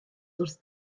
wrth